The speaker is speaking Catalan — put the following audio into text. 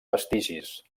vestigis